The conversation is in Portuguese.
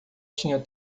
tinha